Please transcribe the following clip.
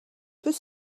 peut